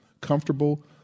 comfortable